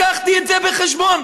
הבאתי את זה בחשבון.